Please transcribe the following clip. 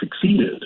succeeded